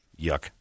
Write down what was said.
Yuck